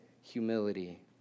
humility